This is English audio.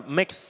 mix